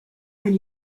and